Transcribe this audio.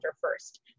first